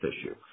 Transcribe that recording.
issue